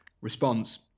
response